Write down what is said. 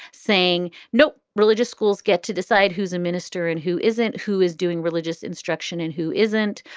saying no religious schools get to decide who's a minister and who isn't, who is doing religious instruction and who isn't.